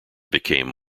became